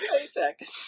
Paycheck